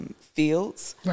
fields